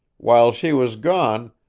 while she was gone,